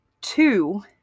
Two